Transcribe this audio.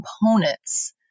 components